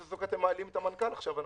אתם מעלים את מנכ"ל שירות התעסוקה עכשיו.